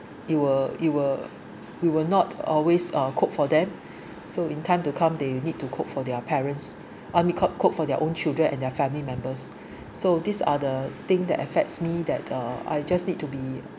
it will it will it will not always I’ll cook for them so in time to come they need to cook for their parents uh cook cook for their own children and their family members so these are the thing that affects me that uh I just need to be